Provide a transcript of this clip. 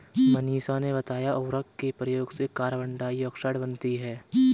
मनीषा ने बताया उर्वरक के प्रयोग से कार्बन डाइऑक्साइड बनती है